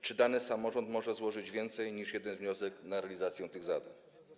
Czy dany samorząd może złożyć więcej niż jeden wniosek o realizację tych zadań?